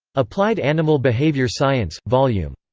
applied animal behavior science, vol. yeah um